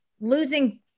Losing